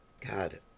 God